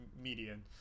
median